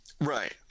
right